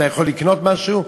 אתה יכול לקנות משהו?